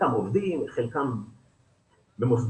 חלקם עובדים, חלקם במוסדות.